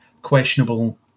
questionable